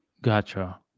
Gotcha